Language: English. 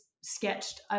sketched